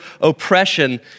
oppression